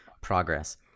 progress